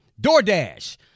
DoorDash